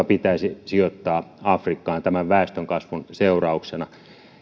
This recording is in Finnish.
pitäisi sijoittaa afrikkaan tämän väestönkasvun seurauksena